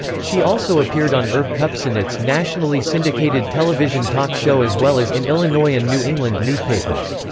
she also appeared on irv kupcinet's nationally syndicated television talk show as well as in illinois and new england newspapers.